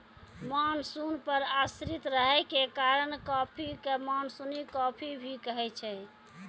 monsoon पर आश्रित रहै के कारण कॉफी कॅ मानसूनी कॉफी भी कहै छै